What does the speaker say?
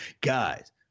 Guys